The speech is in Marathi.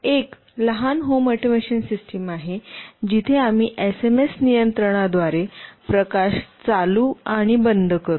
एक लहान होम ऑटोमेशन सिस्टम आहे जिथे आम्ही एसएमएस नियंत्रणाद्वारे प्रकाश चालू आणि बंद करू